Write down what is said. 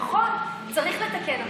נכון, צריך לתקן.